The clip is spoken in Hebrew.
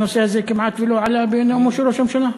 שהנושא הזה כמעט ולא עלה בנאומו של ראש הממשלה?